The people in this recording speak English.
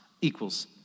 equals